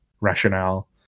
rationale